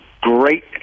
great